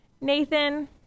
Nathan